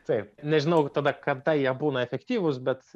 taip nežinau tada kada jie būna efektyvūs bet